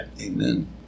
Amen